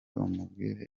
umubwire